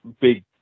big